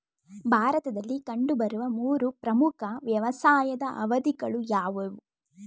ಭಾರತದಲ್ಲಿ ಕಂಡುಬರುವ ಮೂರು ಪ್ರಮುಖ ವ್ಯವಸಾಯದ ಅವಧಿಗಳು ಯಾವುವು?